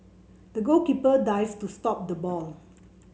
the goalkeeper dived to stop the ball